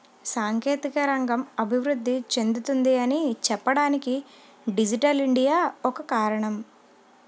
సాంకేతిక రంగం అభివృద్ధి చెందుతుంది అని చెప్పడానికి డిజిటల్ ఇండియా ఒక కారణం